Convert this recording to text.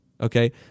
okay